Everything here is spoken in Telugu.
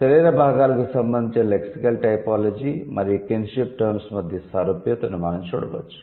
శరీర భాగాలకు సంబంధించిన లెక్సికల్ టైపోలాజీ మరియు కిన్షిప్ టర్మ్స్ మధ్య సారూప్యతను మనం చూడవచ్చు